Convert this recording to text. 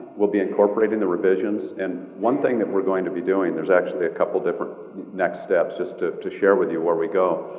we'll be incorporating the revisions. and one thing that we're going to be doing. there's actually a couple different next steps, just ah to share with you where we go.